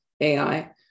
AI